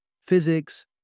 physics